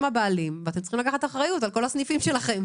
ואתם צריכים לקחת אחריות על כל הסניפים שלכם.